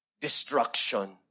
Destruction